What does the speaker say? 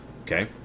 Okay